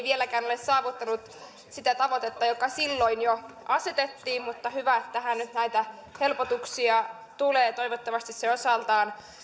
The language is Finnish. vieläkään ole saavuttanut sitä tavoitetta joka silloin jo asetettiin mutta hyvä että tähän nyt näitä helpotuksia tulee toivottavasti se osaltaan